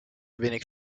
wenig